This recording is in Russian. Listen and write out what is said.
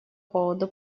поводу